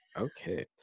Okay